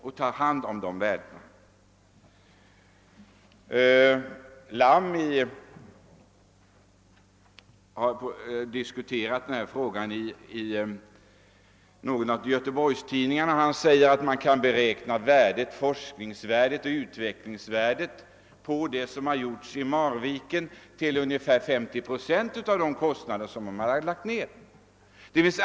Dr Lamm har diskuterat den här frågan i någon av Göteborgstidningarna och han har sagt, att forskningsoch utvecklingsvärdet av vad som utförts i Marviken kan beräknas till ungefär 50 procent av de nedlagda kostnaderna.